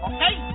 Okay